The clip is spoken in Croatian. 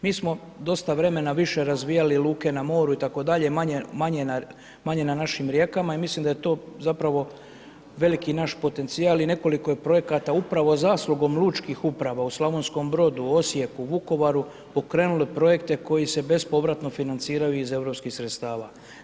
Mi smo dosta vremena više razvijali luke na moru itd., manje na našim rijekama i mislim da je to zapravo veliki naš potencijal i nekoliko je projekata upravo zaslugom lučkih uprava u Slavonskom Brodu, Osijeku, Vukovaru pokrenulo projekte koji se bespovratno financiraju iz europskih sredstava.